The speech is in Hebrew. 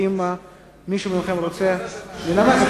האם מישהו מכם רוצה לנמק את